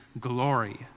glory